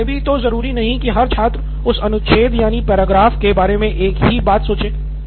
लेकिन यह भी तो ज़रूरी नहीं की हर छात्र उस अनुच्छेद यानि पैराग्राफ के बारे में एक ही बात सोचे